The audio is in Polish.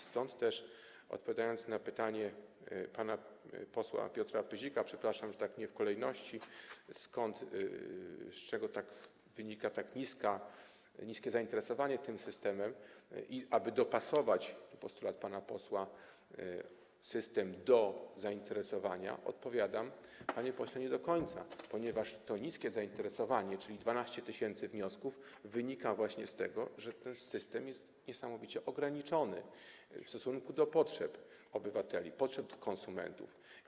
Stąd też na pytanie pana posła Piotra Pyzika - przepraszam, że tak nie w kolejności - dotyczące tego, z czego wynika tak niskie zainteresowanie tym systemem, i tego, aby dopasować - to postulat pana posła - system do zainteresowania, odpowiadam: Panie pośle, nie do końca, ponieważ to niskie zainteresowanie, czyli 12 tys. wniosków, wynika właśnie z tego, że ten system jest niesamowicie ograniczony w stosunku do potrzeb obywateli, potrzeb konsumentów.